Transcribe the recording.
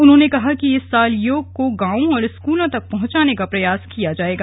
उन्होंने कहा कि इस साल योग को गांवों और स्कूलों तक पहुंचाने का प्रयास किया जाएगा